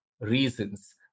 reasons